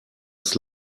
ist